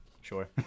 Sure